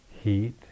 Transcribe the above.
heat